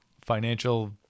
financial